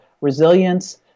resilience